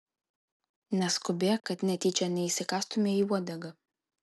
neskubėk kad netyčia neįsikąstumei į uodegą